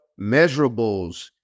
measurables